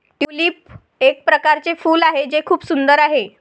tulip एक प्रकारचे फूल आहे जे खूप सुंदर आहे